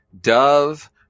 Dove